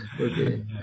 Okay